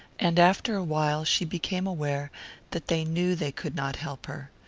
and after a while she became aware that they knew they could not help her.